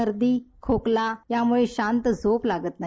सर्दी खोकला यामुळं शांत झोप लागत नाही